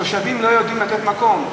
התושבים לא יודעים לתת מקום.